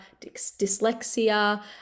dyslexia